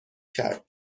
کرد